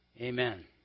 Amen